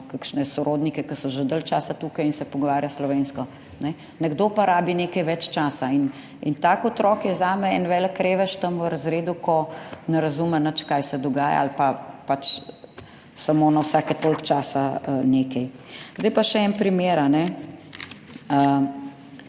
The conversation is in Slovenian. kakšne sorodnike, ki so že dalj časa tukaj in se pogovarja slovensko, nekdo pa rabi nekaj več časa. In tak otrok je zame en velik revež tam v razredu, ko ne razume nič, kaj se dogaja, ali pa samo na vsake toliko časa nekaj. Tudi v Občini